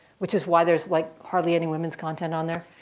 which is why there's like hardly any women's content on there.